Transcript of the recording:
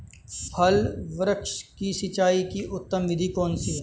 फल वृक्ष की सिंचाई की उत्तम विधि कौन सी है?